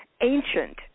ancient